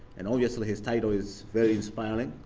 and obviously, his title is very inspiring,